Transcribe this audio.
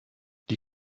die